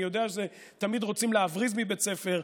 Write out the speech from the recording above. אני יודע שתמיד רוצים להבריז מבית ספר,